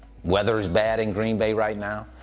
whether it's bad in green bay right now.